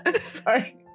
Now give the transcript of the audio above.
Sorry